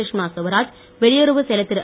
சுஷ்மா சுவராஜ் வெளியுறவுச் செயலர் திரு